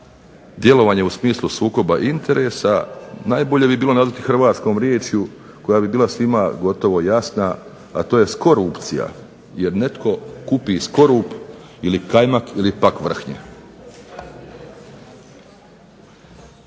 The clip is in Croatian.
djelovanje u sukobu interesa, najbolje bi bilo nazvati hrvatskom riječju koja bi bila svima gotovo jasna, a to je skorupcija, jer netko kupi skorup ili kajmak ili vrhnje.